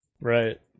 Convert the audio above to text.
right